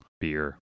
beer